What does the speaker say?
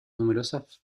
numerosas